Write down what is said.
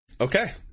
Okay